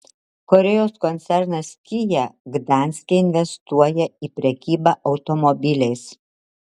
korėjos koncernas kia gdanske investuoja į prekybą automobiliais